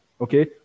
okay